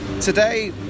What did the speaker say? today